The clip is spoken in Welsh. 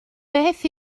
beth